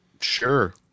Sure